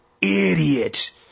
idiot